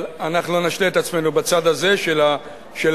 אבל אנחנו לא נשלה את עצמנו בצד הזה של האולם,